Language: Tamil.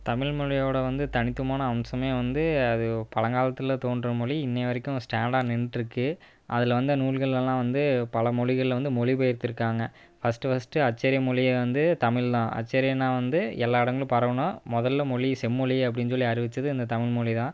தமிழ்மொழியோடய வந்து தனித்துவமான அம்சமே வந்து அது பழங்காலத்தில் தோன்றும் மொழி இன்றைய வரைக்கும் சாண்டடாக நின்றுட்ருக்கு அதில் வந்த நூல்கள் எல்லாம் வந்து பல மொழிகளில் வந்து மொழி பெயர்த்துருக்காங்க ஃபர்ஸ்ட்டு ஃபர்ஸ்ட்டு அச்சேரிய மொழிய வந்து தமிழ் தான் அச்சேரியன்னா வந்து எல்லா இடங்களும் பரவணும் முதல்ல மொழி செம்மொழி அப்படின் சொல்லி அறிவித்தது இந்த தமிழ்மொழி தான்